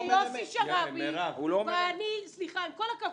עם כל הכבוד,